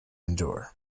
endure